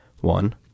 One